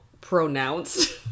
pronounced